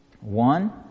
One